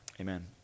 Amen